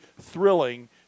thrilling